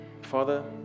Father